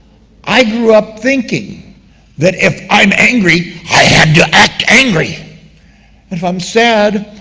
i grew up thinking that if i'm angry, i had to act angry and if i'm sad,